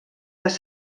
les